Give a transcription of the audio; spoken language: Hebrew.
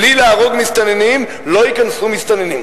בלי להרוג מסתננים, לא ייכנסו מסתננים.